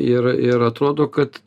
ir ir atrodo kad